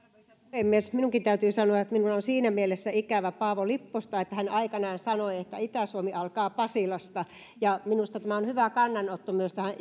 puhemies minunkin täytyy sanoa että minulla on siinä mielessä ikävä paavo lipposta että hän aikanaan sanoi että itä suomi alkaa pasilasta minusta tämä on hyvä kannanotto myös tähän